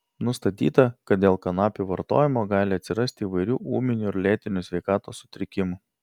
nustatyta kad dėl kanapių vartojimo gali atsirasti įvairių ūminių ir lėtinių sveikatos sutrikimų